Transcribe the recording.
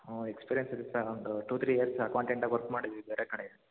ಹ್ಞೂ ಎಕ್ಸ್ಪೀರಿಯೆನ್ಸ್ ಇರತ್ತೆ ಸರ್ ಒಂದು ಟು ತ್ರೀ ಇಯರ್ಸ್ ಅಕೌಂಟೆಂಟಾಗಿ ವರ್ಕ್ ಮಾಡಿದ್ವಿ ಬೇರೆ ಕಡೆ